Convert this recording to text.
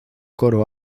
coro